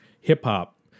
hip-hop